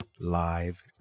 Live